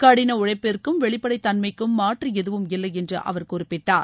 கடின உழைப்பிற்கும் வெளிப்படைத் தன்மைக்கும் மாற்று எதுவும் இல்லை என்று அவர் குறிப்பிட்டார்